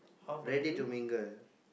ready to mingle